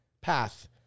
path